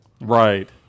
Right